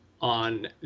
on